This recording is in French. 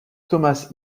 thomas